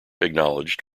acknowledged